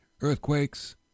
earthquakes